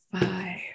five